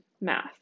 math